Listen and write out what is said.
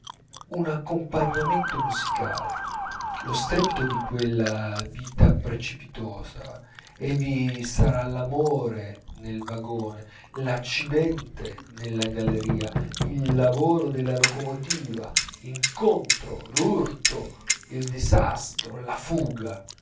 un accompagnamento musicale lo strepito di quella vita precipitosa e vi sarà l'amore nel vagone l'accidente nella galleria il lavoro della locomotiva l'incontro l'urto il disastro la fuga